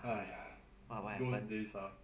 !aiya! those days ah